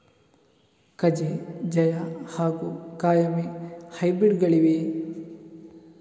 ಕಜೆ ಜಯ ಹಾಗೂ ಕಾಯಮೆ ಹೈಬ್ರಿಡ್ ಗಳಿವೆಯೇ?